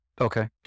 Okay